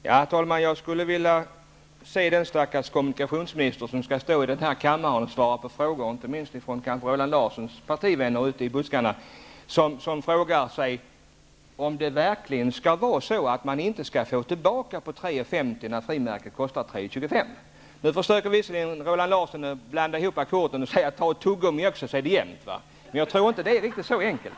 Herr talman! Jag skulle vilja se den stackars kommunikationsminister som skall stå i denna kammare och svara på frågor kanske från Roland Larssons partivänner ute i bygderna om det verkligen skall vara så att man inte skall få tillbaka på 3,50 kr. när frimärket kostar 3,25 kr. Nu försöker Roland Larsson blanda ihop ackorden och säger: Ta ett tuggumi också, så är det jämnt. Jag tror inte det är riktigt så enkelt.